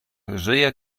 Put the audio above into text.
żyje